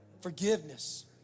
forgiveness